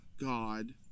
God